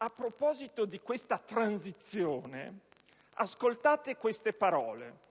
A proposito di questa transizione, vorrei che ascoltaste queste parole: